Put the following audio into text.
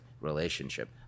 relationship